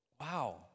Wow